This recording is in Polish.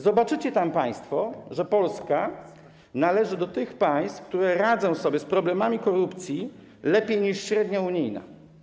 Zobaczycie tam państwo, że Polska należy do tych państw, które radzą sobie z problemami korupcji lepiej niż średnia unijna.